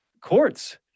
courts